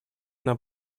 нам